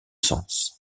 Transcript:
sens